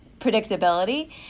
predictability